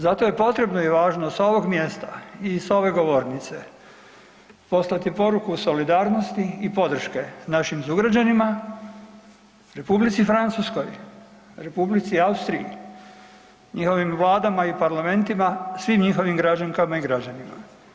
Zato je potrebno i važno s ovog mjesta i s ove govornice poslati poruku solidarnosti i podrške našim sugrađanima, Republici Francuskoj, Republici Austriji, njihovim vladama i parlamentima, svim njihovim građankama i građanima.